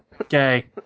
Okay